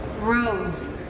Rose